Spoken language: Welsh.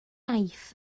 iaith